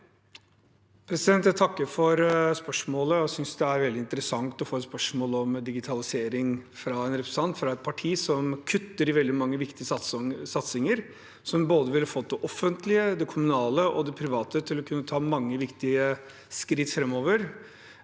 Jeg takker for spørsmålet og synes det er veldig interessant å få et spørsmål om digitalisering fra en representant fra et parti som kutter i veldig mange viktige satsinger som ville fått både det offentlige, det kommunale og det private til å kunne ta mange viktige skritt framover